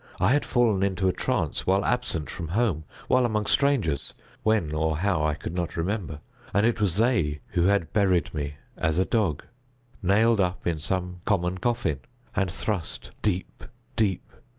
i had fallen into a trance while absent from home while among strangers when, or how, i could not remember and it was they who had buried me as a dog nailed up in some common coffin and thrust deep, deep,